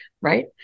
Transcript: right